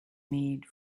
made